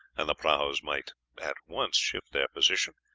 and the prahus might at once shift their position,